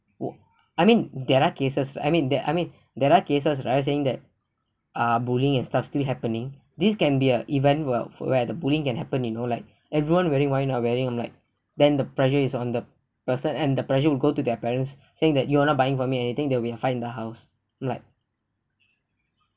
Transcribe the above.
I mean there are cases I mean that I mean there are cases right I saying that uh bullying and stuff still happening this can be a event where where the bullying can happen you know like everyone wearing why I'm not wearing I'm like then the pressure is on the person and the pressure will go to their parents saying that you're not buying for me anything there will be a fight in the house I'm like